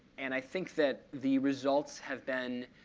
and i think that the results have been